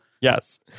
Yes